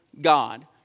God